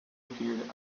appeared